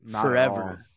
forever